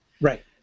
Right